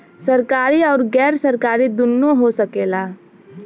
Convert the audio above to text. सरकारी आउर गैर सरकारी दुन्नो हो सकेला